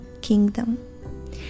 kingdom